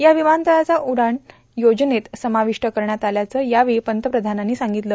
या विमानतळाचा उडान योजनेत समाविष्ट करण्यात आल्याचं यावेळी पंतप्रधानांनी सांगितलं